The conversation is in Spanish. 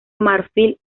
marfil